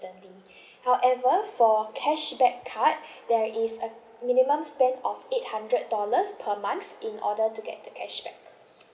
however for cashback card there is a minimum spend of eight hundred dollars per month in order to get the cashback